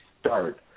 start